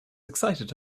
excited